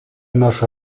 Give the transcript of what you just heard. наша